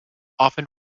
often